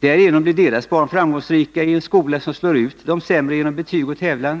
Därigenom blir deras barn framgångsrika i en skola som slår ut de ”sämre” genom betyg och tävlan.